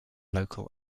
local